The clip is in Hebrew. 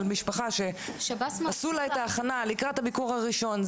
משפחה שעשו לה את ההכנה לקראת הביקור הראשון.